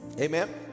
amen